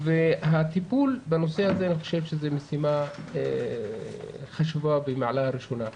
הטיפול בנושא הזה הוא משימה חשובה במעלה הראשונה.